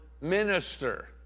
minister